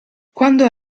quando